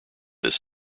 this